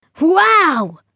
Wow